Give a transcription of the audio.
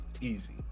Easy